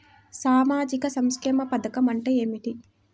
సామాజిక సంక్షేమ పథకం అంటే ఏమిటి?